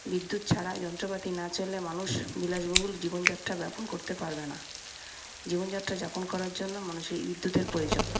বিদ্যুৎ ছাড়া যন্ত্রপাতি না চললে মানুষ বিলাসবহুল জীবনযাত্রা ব্যাপন করতে পারবেনা জীবনযাত্রা যাপন করার জন্য মানুষের বিদ্যুতের প্রয়োজন